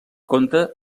compta